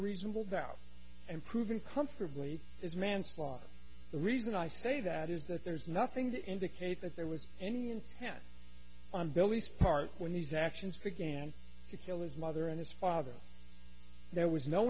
a reasonable doubt and proven comfortably is manslaughter the reason i say that is that there's nothing to indicate that there was any intent on belief part when these actions began to kill his mother and his father there was no